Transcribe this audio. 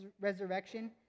resurrection